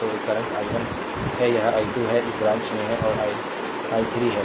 तो एक current i 1 है यह i2 है इस ब्रांच में है और I i 3 है